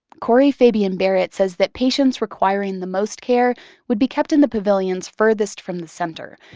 corey fabian-barrett says that patients requiring the most care would be kept in the pavilions furthest from the center,